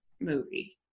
movie